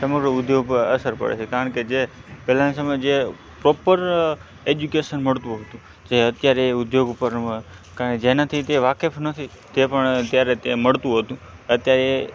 સમગ્ર ઉદ્યોગ પર અસર પડે છે કારણ કે જે પેલાના સમય જે પોપ્પર એજ્યુકેશન મળતું હતું જે અત્યારે ઉદ્યોગ પર કં જેનાથી તે વાકેફ નથી તે પણ ત્યારે તે મળતું હતું અત્યારે